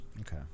okay